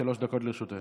שלוש דקות לרשותך.